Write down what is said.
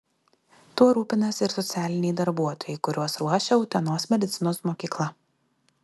tuo rūpinasi ir socialiniai darbuotojai kuriuos ruošia utenos medicinos mokykla